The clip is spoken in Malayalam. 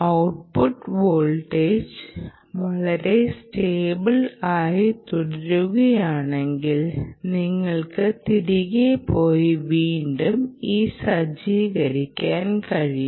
ഔട്ട്പുട്ട് വോൾട്ടേജ് വളരെ സ്റ്റേബിൾ ആയി തുടരുകയാണെങ്കിൽ നിങ്ങൾക്ക് തിരികെ പോയി വീണ്ടും ഇത് സജ്ജീകരിക്കാൻ കഴിയും